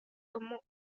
como